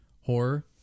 horror